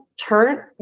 turn